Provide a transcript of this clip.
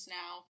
now